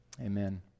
Amen